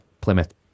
Plymouth